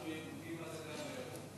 אנחנו ירוקים עד הקו הירוק.